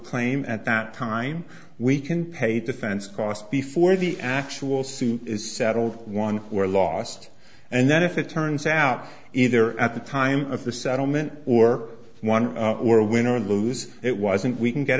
claim at that time we can pay defense costs before the actual suit is settled one were lost and then if it turns out either at the time of the settlement or one or win or lose it wasn't we can get